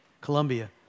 Colombia